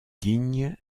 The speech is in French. dignes